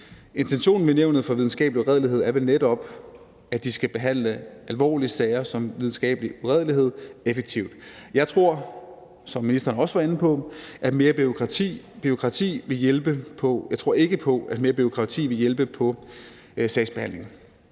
med Nævnet for Videnskabelig Uredelighed er vel netop, at de skal behandle alvorlige sager som videnskabelig uredelighed effektivt. Jeg tror ikke på, som ministeren også var inde på, at mere bureaukrati vil hjælpe på sagsbehandlingen.